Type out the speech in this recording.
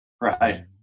Right